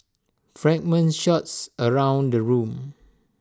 fragments shots around the room